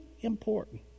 important